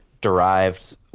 derived